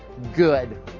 good